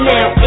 Now